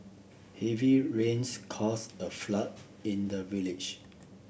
heavy rains caused a flood in the village